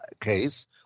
case